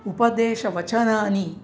उपदेशवचनानि